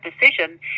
decision